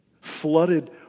flooded